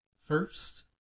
first